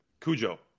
Cujo